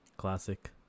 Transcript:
classic